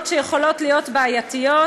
שיכולות להיות בעייתיות.